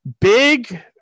Big